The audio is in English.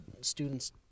students